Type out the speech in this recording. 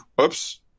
Oops